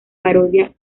parodia